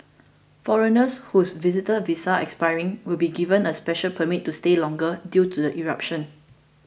foreigners whose visitor visas are expiring will be given a special permit to stay longer due to the eruption